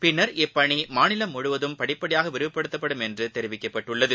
பின்னர் இப்பணிமாநிலமுழுவதும் படிப்படியாகவிரிவுப்படுத்தப்படும் என்றுதெரிவிக்கப்பட்டுள்ளது